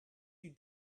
you